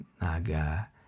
naga